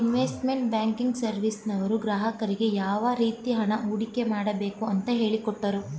investment banking ಸರ್ವಿಸ್ನವರು ಗ್ರಾಹಕರಿಗೆ ಯಾವ ರೀತಿ ಹಣ ಹೂಡಿಕೆ ಮಾಡಬೇಕು ಅಂತ ಹೇಳಿಕೊಟ್ಟರು